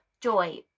joy